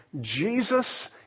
Jesus